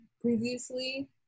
previously